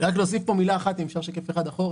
רק להוסיף פה מילה אחת, אם אפשר שקף אחד אחורה.